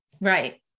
right